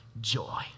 joy